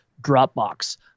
dropbox